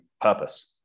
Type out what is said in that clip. purpose